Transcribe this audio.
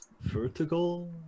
vertical